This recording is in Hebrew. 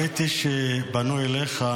וראש הממשלה